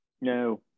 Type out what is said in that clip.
No